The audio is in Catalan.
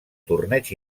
torneig